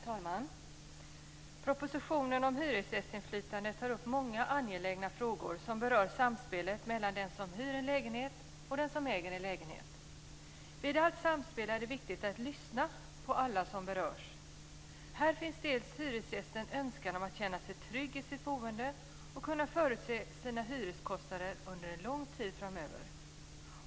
Herr talman! Propositionen om hyresgästinflytande tar upp många angelägna frågor som berör samspelet mellan den som hyr en lägenhet och den som äger lägenheten. Vid allt samspel är det viktigt att lyssna på alla som berörs. Här finns å ena sidan hyresgästens önskan om att känna sig trygg i sitt boende och kunna förutse sina hyreskostnader under en lång tid framöver.